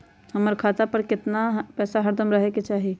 हमरा खाता पर केतना पैसा हरदम रहे के चाहि?